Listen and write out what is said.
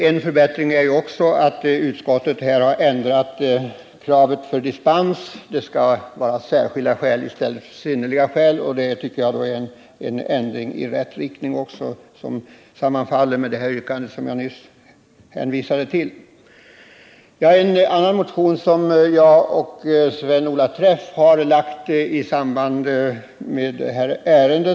En förbättring är också att utskottet här har ändrat kravet när det gäller dispens. Det skall nu vara ”särskilda skäl” i stället för ”synnerliga skäl”, vilket jag tycker är en ändring i rätt riktning. Det överensstämmer också med det yrkande som jag nyss hänvisade till. Sven-Olov Träff och jag har väckt en annan motion i samband med detta ärende.